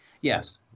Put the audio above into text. Yes